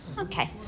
Okay